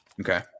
Okay